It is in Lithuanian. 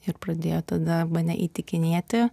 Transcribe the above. ir pradėjo tada mane įtikinėti